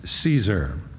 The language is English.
Caesar